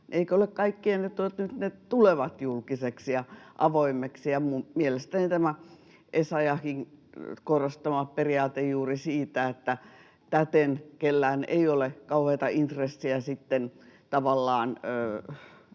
että nyt ne tulevat julkisiksi ja avoimiksi? Mielestäni tämä Essayahin korostama periaate on juuri se, että täten kellään ei ole kauheata intressiä tavallaan